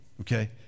okay